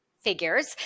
figures